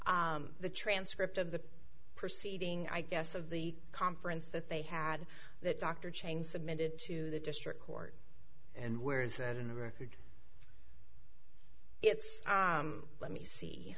the transcript of the proceeding i guess of the conference that they had that dr chain submitted to the district court and where is that in record it's let me see